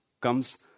comes